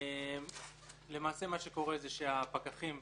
למעשה מה שקורה שהפקחים,